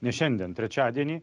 ne šiandien trečiadienį